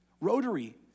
Rotary